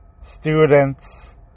students